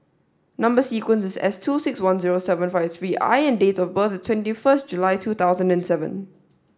number sequence is S two six one zero seven five three I and date of birth is twenty first July two thousand and seven